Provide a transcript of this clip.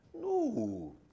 No